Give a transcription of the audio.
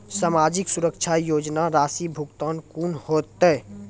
समाजिक सुरक्षा योजना राशिक भुगतान कूना हेतै?